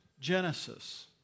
Genesis